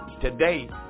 today